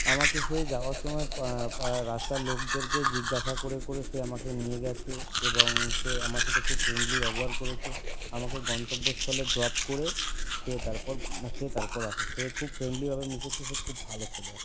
আমাকে সে যাওয়ার সময় রাস্তায় লোকদেরকে জিজ্ঞাসা করে করে সে আমাকে নিয়ে গেছে এবং সে আমার সাথে খুব ফ্রেন্ডলি ব্যবহার করেছে আমাকে গন্তব্যস্থলে ড্রপ করে সে তারপর সে তারপর আসে সে খুব ফ্রেন্ডলিভাবে মিশেছে সে খুব ভালো ছেলে একটা